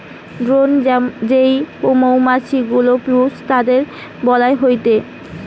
drone যেই মৌমাছি গুলা পুরুষ তাদিরকে বইলা হয়টে